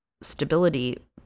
stability